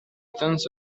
تنس